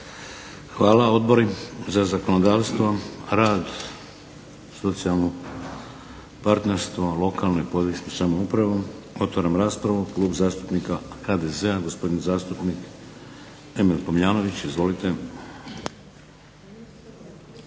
Hvala. Odbori za zakonodavstvo, rad i socijalno partnerstvo, lokalnu i područnu samoupravu? Otvaram raspravu. Klub zastupnika HDZ-a gospodin zastupnik Emil Tomljanović. Izvolite.